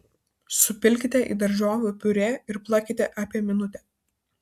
supilkite į daržovių piurė ir plakite apie minutę